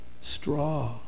straw